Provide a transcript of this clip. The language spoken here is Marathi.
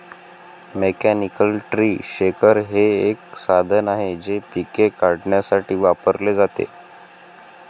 मेकॅनिकल ट्री शेकर हे एक साधन आहे जे पिके काढण्यासाठी वापरले जाते